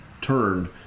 turned